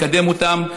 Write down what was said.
לקדם אותם,